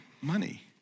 money